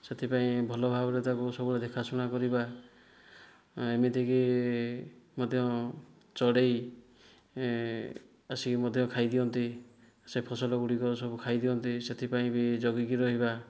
ସେଥିପାଇଁ ଭଲ ଭାବରେ ତାକୁ ସବୁବେଳେ ଦେଖାଶୁଣା କରିବା ଏମିତିକି ମଧ୍ୟ ଚଢ଼େଇ ଆସିକି ମଧ୍ୟ ଖାଇ ଦିଅନ୍ତି ସେ ଫସଲ ଗୁଡ଼ିକ ସବୁ ଖାଇଦିଅନ୍ତି ସେଥିପାଇଁ ବି ଜଗିକି ରହିବା